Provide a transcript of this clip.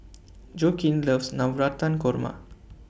Joaquin loves Navratan Korma